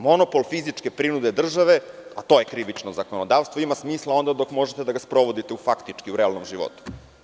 Monopol fizičke prinude države, a to je krivično zakonodavstvo ima smisla onda dok možete da ga sprovodite u faktički realnom životu.